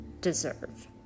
deserve